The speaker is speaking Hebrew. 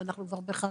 אנחנו כבר בחריגה.